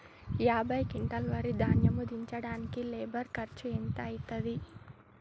యాభై క్వింటాల్ వరి ధాన్యము దించడానికి లేబర్ ఖర్చు ఎంత అయితది?